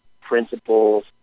principles